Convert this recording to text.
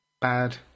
bad